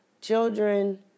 children